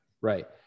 Right